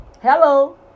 Hello